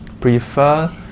prefer